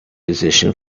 position